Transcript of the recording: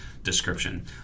description